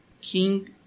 king